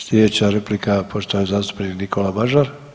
Slijedeća replika poštovani zastupnik Nikola Mažar.